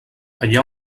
allà